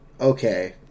Okay